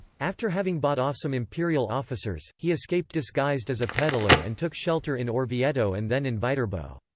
after having bought off some imperial officers, he escaped disguised as a peddler and took shelter in orvieto and then in viterbo.